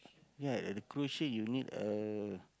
ya and the cruise ship you need a